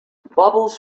bubbles